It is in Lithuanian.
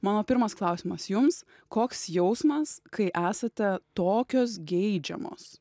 mano pirmas klausimas jums koks jausmas kai esate tokios geidžiamos